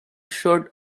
should